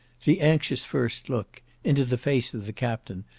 the anxious first look into the face of the captain,